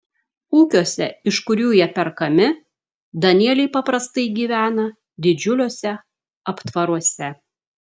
ūkiuose iš kurių jie perkami danieliai paprastai gyvena didžiuliuose aptvaruose